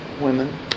women